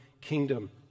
kingdom